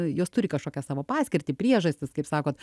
jos turi kažkokią savo paskirtį priežastis kaip sakot